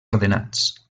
ordenats